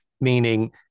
meaning